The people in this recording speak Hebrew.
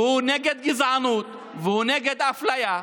ונגד גזענות ונגד אפליה,